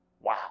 Wow